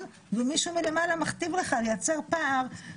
ולהוסיף בעצם את יהדות התורה.